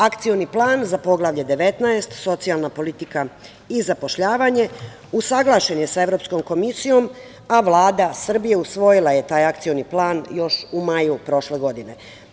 Akcioni plan za Poglavlje 19 – socijalna politika i zapošljavanje usaglašen je sa Evropskom komisijom, a Vlada Srbije je usvojila taj akcioni plan još u maju prošle godine.